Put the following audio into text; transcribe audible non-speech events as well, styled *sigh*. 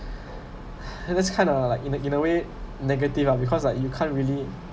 *breath* and it's kinda like in a in a way negative ah because like you can't really